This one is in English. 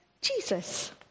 Jesus